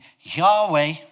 Yahweh